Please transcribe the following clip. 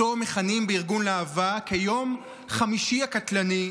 שאותו מכנים בארגון להב"ה "יום חמישי הקטלני".